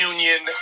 Union